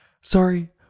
Sorry